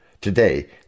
Today